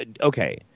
okay